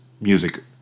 music